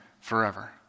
forever